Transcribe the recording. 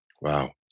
Wow